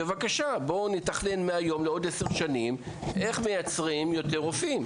בבקשה נתכנן מהיום לעוד עשר שנים איך מייצרים יותר רופאים,